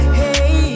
hey